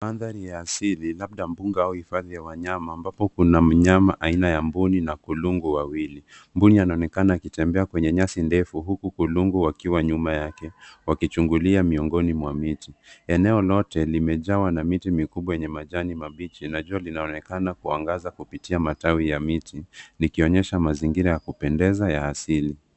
Mandhari ya asili labda mbuga au hifadhi ya wanyama ambapo kuna mnyama aina ya mbuni na kulungu wawili. Mbuni anaonekana akitembea kwenye nyasi ndefu huku kulungu wakiwa nyuma yake wakichungulia miongoni mwa miti. Eneo lote limejawa na miti mikubwa yenye majani mabichi na jua linaonekana kuangaza kupitia matawi ya miti likionyesha mazingira ya kupendeza ya asili.